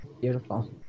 Beautiful